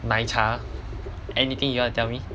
奶茶 anything you wanna tell me